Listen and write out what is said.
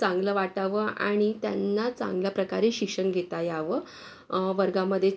चांगलं वाटावं आणि त्यांना चांगल्या प्रकारे शिक्षण घेता यावं वर्गामध्ये